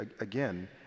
again